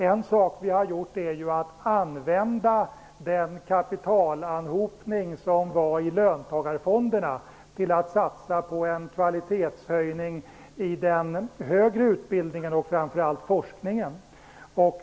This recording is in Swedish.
En sak vi har gjort är att använda den kapitalanhopning som låg i löntagarfonderna till att satsa på en kvalitetshöjning i den högre utbildningen och framför allt forskningen.